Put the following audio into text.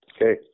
Okay